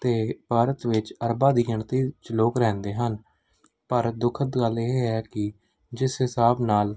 ਅਤੇ ਭਾਰਤ ਵਿੱਚ ਅਰਬਾਂ ਦੀ ਗਿਣਤੀ ਵਿੱਚ ਲੋਕ ਰਹਿੰਦੇ ਹਨ ਪਰ ਦੁਖ ਦੀ ਗੱਲ ਇਹ ਹੈ ਕਿ ਜਿਸ ਹਿਸਾਬ ਨਾਲ